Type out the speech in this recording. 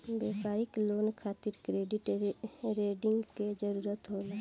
व्यापारिक लोन खातिर credit rating के जरूरत होला